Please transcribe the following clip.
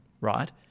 right